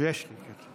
תיקון